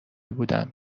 بودم